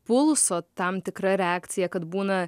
pulso tam tikra reakcija kad būna